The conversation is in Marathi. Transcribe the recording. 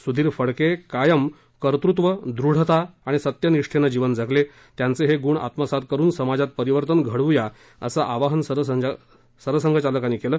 सुधीर फडके कायम कर्तृत्व दृढता आणि सत्यनिष्ठेनं जीवन जगले त्यांचे हे गुण आत्मसात करून समाजात परिवर्तन घडवूया असं आवाहन सरसंघचालकांनी केलं